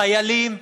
את החיילים.